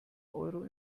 euro